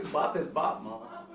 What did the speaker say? bop is bop, mama.